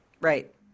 Right